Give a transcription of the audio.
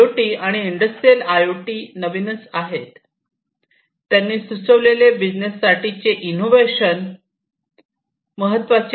I O T आणि industrial I O T नवीनच आहेत त्यांनी सुचवलेले बिझनेस साठीचे चे इनोव्हेशन महत्त्वाचे आहे